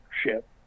ship